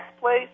place